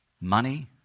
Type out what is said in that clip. money